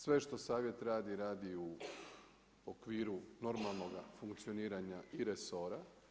Sve što savjet radi, radi u okviru normalnoga funkcioniranja i resora.